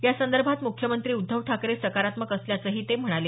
यासंदर्भात मुख्यमंत्री उद्धव ठाकरे सकारात्मक असल्याचंही ते म्हणाले